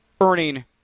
earning